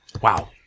Wow